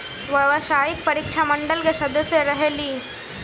व्यावसायिक परीक्षा मंडल के सदस्य रहे ली?